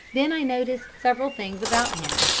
then i noticed several things about him,